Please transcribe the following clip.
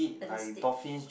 at the stage